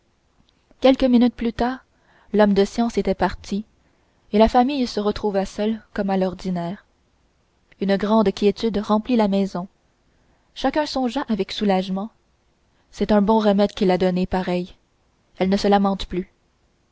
quelques minutes plus tard l'homme de science était parti et la famille se retrouva seule comme à l'ordinaire une grande quiétude remplit la maison chacun songea avec soulagement c'est un bon remède qu'il lui a donné pareil elle ne se lamente plus